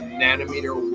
nanometer